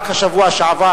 רק בשבוע שעבר